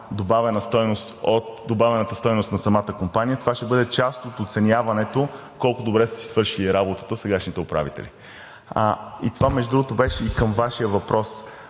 добавената стойност на самата компания, това ще бъде част от оценяването колко добре са си свършили работата сегашните управители. Това, между другото, беше и към Вашия въпрос.